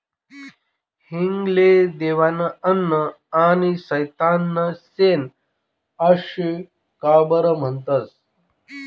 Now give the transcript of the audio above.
हिंग ले देवनं अन्न आनी सैताननं शेन आशे का बरं म्हनतंस?